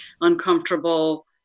uncomfortable